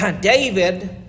David